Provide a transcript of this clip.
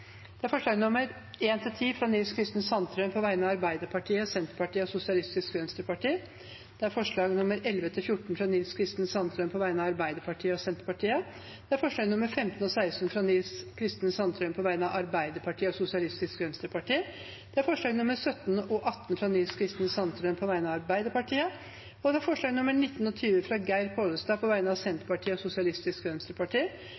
alt 74 forslag. Det er forslagene nr. 1–10, fra Nils Kristen Sandtrøen på vegne av Arbeiderpartiet, Senterpartiet og Sosialistisk Venstreparti forslagene nr. 11–14, fra Nils Kristen Sandtrøen på vegne av Arbeiderpartiet og Senterpartiet forslagene nr. 15 og 16, fra Nils Kristen Sandtrøen på vegne av Arbeiderpartiet og Sosialistisk Venstreparti forslagene nr. 17 og 18, fra Nils Kristen Sandtrøen på vegne av Arbeiderpartiet forslagene nr. 19 og 20, fra Geir Pollestad på vegne av Senterpartiet og Sosialistisk Venstreparti